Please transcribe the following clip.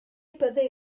byddi